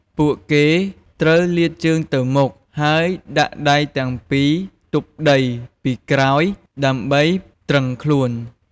ពួកគេត្រូវលាតជើងទៅមុខ ហើយដាក់ដៃទាំងពីរទប់ដីពីក្រោយដើម្បីទ្រឹងខ្លួន។